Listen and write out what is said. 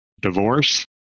Divorce